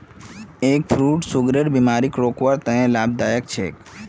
egg fruit सुगरेर बिमारीक रोकवार तने लाभदायक छे